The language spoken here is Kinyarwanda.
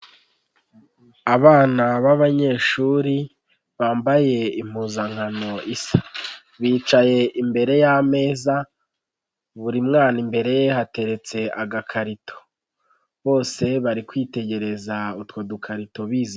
Abana b'abanyeshuri bambaye impuzankano isa, bicaye imbere y'ameza buri mwana imbere hateretse agakarito, bose bari kwitegereza utwo dukarito bizihiwe.